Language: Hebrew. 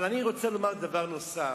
אני רוצה לומר דבר נוסף.